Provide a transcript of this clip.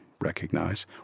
recognize